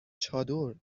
چادر